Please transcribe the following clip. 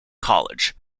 college